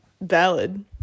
valid